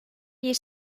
bir